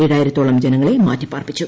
ഏഴായിരത്തോളം ജനങ്ങളെ മാറ്റിപ്പാർപ്പിച്ചു